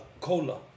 cola